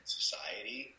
society